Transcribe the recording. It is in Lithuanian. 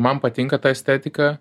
man patinka ta estetika